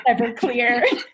Everclear